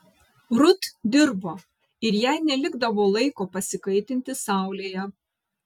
rut dirbo ir jai nelikdavo laiko pasikaitinti saulėje